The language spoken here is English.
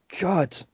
God